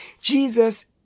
Jesus